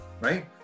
right